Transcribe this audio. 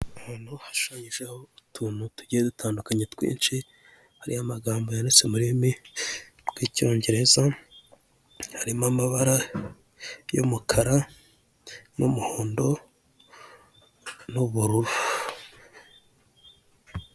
Ahantu hashushanyijeho utuntu tugiye dutandukanye twinshi, hariho amagambo yanditse mururimi rw'icyongereza. Harimo amabara y'umukara n'umuhondo n'ubururu.